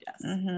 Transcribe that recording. yes